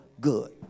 good